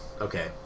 Okay